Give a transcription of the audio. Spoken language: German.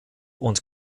und